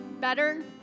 better